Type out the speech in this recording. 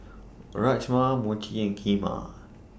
Rajma Mochi and Kheema